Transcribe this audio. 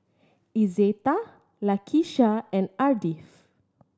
Izetta Lakesha and Ardith